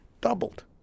doubled